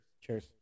Cheers